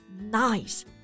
Nice